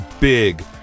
big